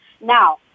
Now